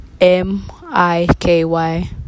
M-I-K-Y